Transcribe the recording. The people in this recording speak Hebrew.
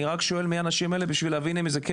אני רק שואל מי האנשים האלה בשביל להבין אם זה כן